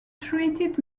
treated